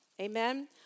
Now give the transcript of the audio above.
Amen